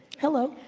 hello.